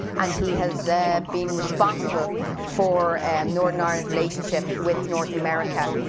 and he has been responsible for and northern ireland's relationship with north america,